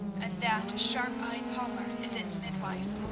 and that sharp-eyed palmer is its midwife.